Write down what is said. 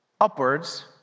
Upwards